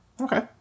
Okay